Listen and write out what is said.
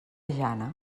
jana